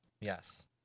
Yes